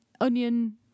onion